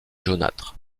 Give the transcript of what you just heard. jaunâtre